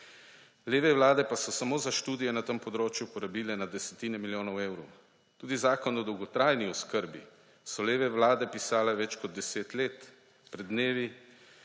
Leve vlade pa so samo za študije na tem področju porabile na desetine milijonov evrov. Tudi Zakon o dolgotrajni oskrbi so leve vlade pisale več kot 10 let. Pred dnevi